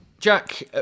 Jack